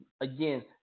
again